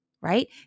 right